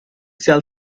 shall